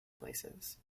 places